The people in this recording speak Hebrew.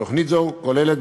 תוכנית זו כוללת,